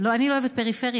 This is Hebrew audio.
אני לא אוהבת "פריפריה",